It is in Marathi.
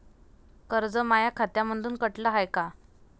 कर्ज माया खात्यामंधून कटलं हाय का?